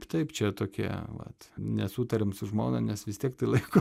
taip čia tokie vat nesutariam su žmona nes vis tiek tai laiko